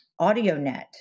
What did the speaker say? AudioNet